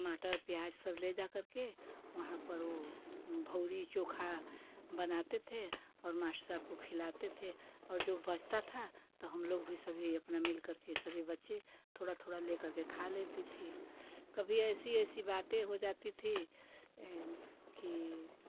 टमाटर प्याज सब ले जा करके वहाँ पर वो भौरी चोखा बनाते थे और मास्टर साहब को खिलाते थे और जो बचता था तो हम लोग भी सभी अपना मिलकर के सभी बच्चे थोड़ा थोड़ा ले करके खा लेती थी कभी ऐसी ऐसी बातें हो जाती थी कि